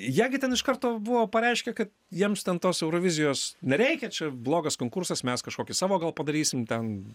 jie gi ten iš karto buvo pareiškę kad jiems ten tos eurovizijos nereikia čia blogas konkursas mes kažkokį savo gal padarysim ten